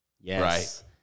yes